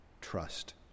trust